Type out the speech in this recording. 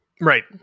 right